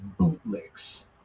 bootlicks